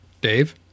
Dave